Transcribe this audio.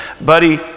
Buddy